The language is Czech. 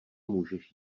můžeš